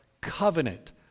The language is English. covenant